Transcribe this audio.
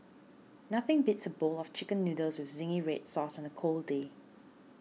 nothing beats a bowl of Chicken Noodles with Zingy Red Sauce on a cold day